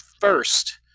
first